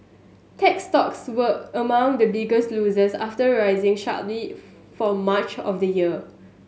tech stocks were among the biggest losers after rising sharply for much of the year